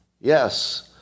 Yes